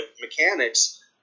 mechanics